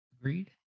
Agreed